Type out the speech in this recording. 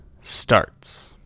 starts